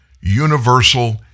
Universal